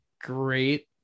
great